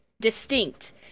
distinct